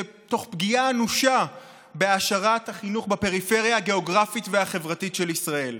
תוך פגיעה אנושה בהעשרת החינוך בפריפריה הגיאוגרפית והחברתית של ישראל.